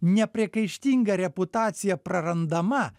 nepriekaištinga reputacija prarandama